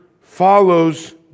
follows